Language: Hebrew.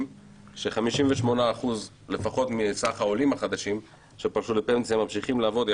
שלפחות 58% מהעולים החדשים שפרשו לפנסיה ממשיכים לעבוד,